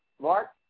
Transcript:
Mark